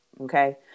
Okay